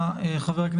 ארבעה חברי כנסת.